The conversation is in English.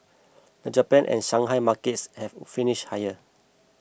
the Japan and Shanghai markets have finished higher